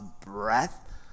breath